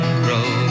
grow